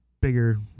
Bigger